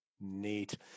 Neat